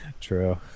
True